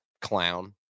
clown